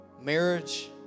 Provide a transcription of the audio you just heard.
marriage